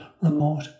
remote